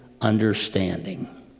understanding